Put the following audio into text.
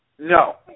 No